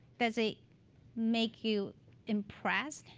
does it make you impressed?